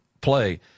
Play